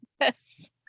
Yes